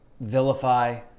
vilify